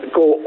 go